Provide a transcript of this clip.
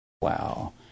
Wow